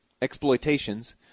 exploitations